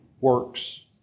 works